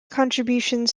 contributions